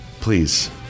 please